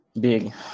Big